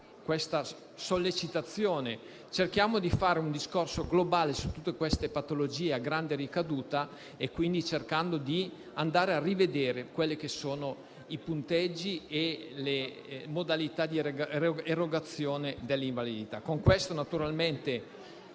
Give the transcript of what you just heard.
questa sollecitazione: cerchiamo di fare un discorso globale su tutte queste patologie a grande ricaduta, quindi cercando di andare a rivedere i punteggi e le modalità di erogazione dell'invalidità.